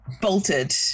bolted